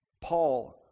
Paul